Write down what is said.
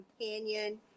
companion